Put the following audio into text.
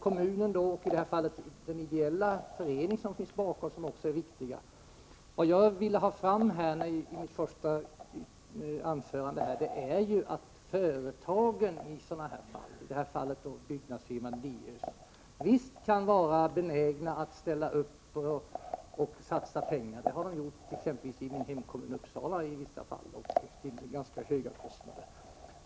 Kommunen och, i detta fall, den ideella föreningen är viktiga. I mitt första anförande ville jag framhålla att företagen i fall av det här slaget, här gäller det alltså byggnadsfirman Diös, visst kan vara benägna att satsa pengar. Det har hänt t.ex. i min hemkommun Uppsala, och i vissa fall har det rört sig om ganska stora summor.